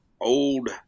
old